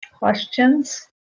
Questions